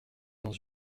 dans